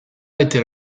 était